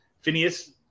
Phineas